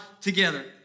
together